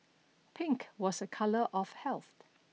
pink was a colour of health